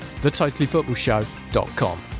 thetotallyfootballshow.com